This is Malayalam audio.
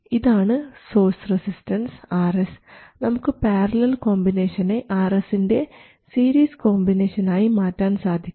ഇതാണ് സോഴ്സ് റെസിസ്റ്റൻസ് Rs നമുക്ക് പാരലൽ കോമ്പിനേഷനെ Rs ൻറെ സീരീസ് കോമ്പിനേഷൻ ആയി മാറ്റാൻ സാധിക്കും